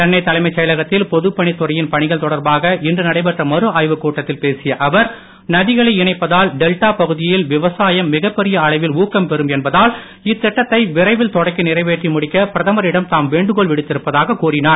சென்னை தலைமைச் செயலகத்தில் பொதுப்பணித்துறையின் பணிகள் தொடர்பாக இன்று நடைபெற்ற மறுஆய்வுக் கூட்டத்தில் பேசிய அவர் நதிகளை இணைப்பதால் டெல்டா பகுதியில் விவசாயம் மிகப்பெரிய அளவில் ஊக்கம் பெறும் என்பதால் இத்திட்டத்தை விரைவில் தொடக்கி நிறைவேற்றி முடிக்க பிரதமரிடம் தாம் வேண்டுகோள் விடுத்திருப்பதாக கூறினார்